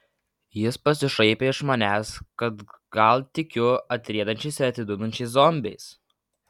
jis pasišaipė iš manęs kad gal tikiu atriedančiais ir atidundančiais zombiais